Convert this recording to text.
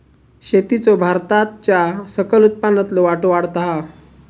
शेतीचो भारताच्या सकल उत्पन्नातलो वाटो वाढता हा